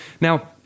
Now